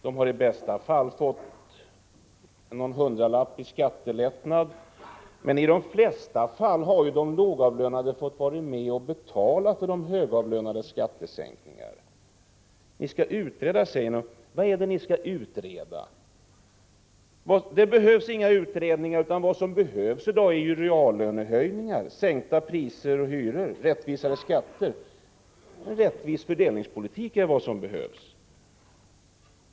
De har i bästa fall fått någon hundralapp i skattelättnad, men i de flesta fall har de lågavlönade fått vara med att betala för de högavlönades skattesänkningar. Ni säger att ni skall utreda. Vad är det ni skall utreda? Det behövs inga utredningar, utan vad som behövs är reallönehöjningar, sänkta priser och hyror, rättvisare skatter. En rättvis fördelningspolitik är vad som behövs.